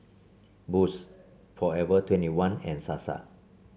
Boost Forever Twenty one and Sasa